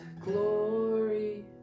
glory